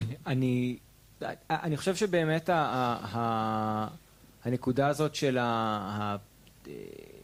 אני חושב שבאמת הנקודה הזאת של ה...